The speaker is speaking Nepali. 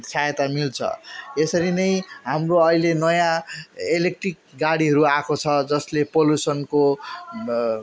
सहायता मिल्छ यसरी नै हाम्रो अहिले नयाँ इलेक्ट्रिक गाडीहरू आएको छ जसले पोलुसनको